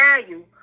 value